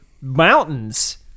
mountains